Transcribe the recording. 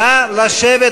נא לשבת,